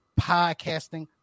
podcasting